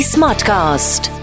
Smartcast